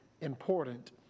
important